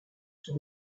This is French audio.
sur